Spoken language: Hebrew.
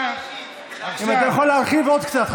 אם אתה יכול להרחיב עוד קצת,